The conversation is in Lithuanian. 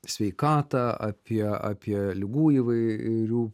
sveikatą apie apie ligų įvairių